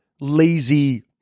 lazy